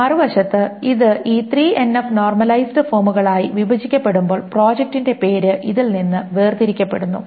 മറുവശത്ത് ഇത് ഈ 3NF നോർമലൈസ്ഡ് ഫോമുകളായി വിഭജിക്കപ്പെടുമ്പോൾ പ്രോജക്റ്റിന്റെ പേര് ഇതിൽ നിന്ന് വേർതിരിക്കപ്പെടുന്നു